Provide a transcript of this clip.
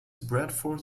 bradford